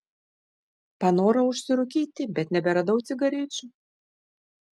panorau užsirūkyti bet neberadau cigarečių